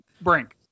Brink